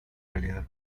realidad